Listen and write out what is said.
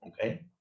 okay